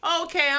okay